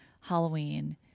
Halloween